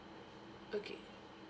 okay